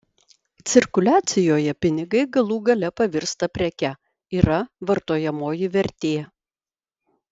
cirkuliacijoje pinigai galų gale pavirsta preke yra vartojamoji vertė